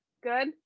Good